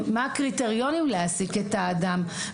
מה הקריטריונים להעסיק את האדם?